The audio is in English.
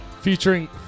featuring